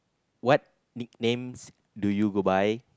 what nicknames do you go by